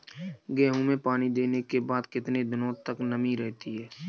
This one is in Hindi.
गेहूँ में पानी देने के बाद कितने दिनो तक नमी रहती है?